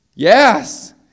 Yes